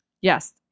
Yes